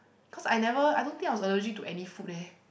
cause I never I don't think I was allergic to any food leh